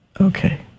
Okay